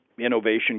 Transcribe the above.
innovation